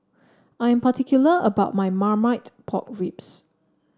I am particular about my Marmite Pork Ribs